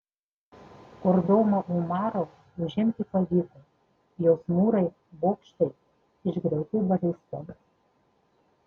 kordobą umaru užimti pavyko jos mūrai bokštai išgriauti balistom